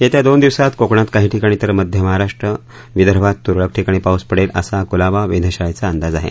येत्या दोन दिवसात कोकणात काही ठिकाणी तर मध्य महाराष्ट्र विदर्भात तुरळक ठिकाणी पाऊस पडेल असा कुलाबा वेधशाळेचा अंदाज आहे